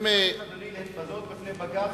צריך להתבזות בפני בג"ץ,